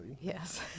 Yes